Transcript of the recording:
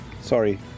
Sorry